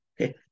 okay